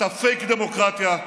אתה פייק דמוקרטיה,